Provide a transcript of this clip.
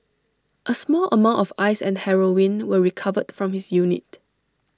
A small amount of ice and heroin were recovered from his unit